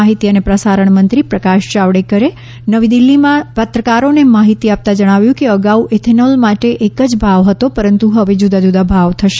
માહિતી અને પ્રસારણ મંત્રી પ્રકાશ જાવડેકરે નવી દિલ્ફીમાં પત્રકારોને માહિતી આપતાં જણાવ્યું કે અગાઉ ઇથેનોલ માટે એક જ ભાવ હતો પરંતુ હવે જુદા જુદા ભાવો થશે